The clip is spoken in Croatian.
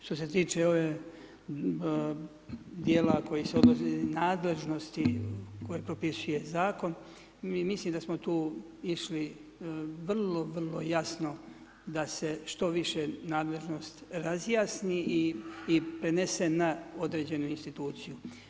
Što se tiče ovog dijela koji se odnosi na nadležnosti koje propisuje zakon, mislim da smo tu išli vrlo, vrlo jasno da se što više nadležnost razjasni i prenese na određenu instituciju.